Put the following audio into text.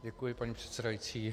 Děkuji, paní předsedající.